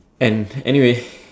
and anyway